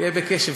תהיה בקשב.